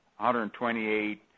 128